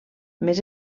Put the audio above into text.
més